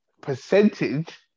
percentage